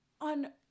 on